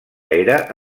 era